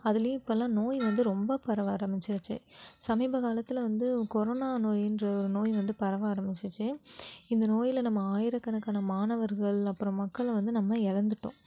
அதுலேயும் இப்போலாம் நோய் வந்து ரொம்ப பரவ ஆரம்மிச்சிருச்சி சமீப காலத்தில் வந்து கொரோனா நோயென்ற ஒரு நோய் வந்து பரவ ஆரம்மிச்சிச்சி இந்த நோயில் நம்ம ஆயிரக்கணக்கான மாணவர்கள் அப்புறம் மக்களை வந்து நம்ம இழந்துட்டோம்